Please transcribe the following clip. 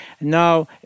now